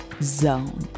Zone